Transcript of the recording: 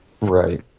Right